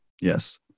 Yes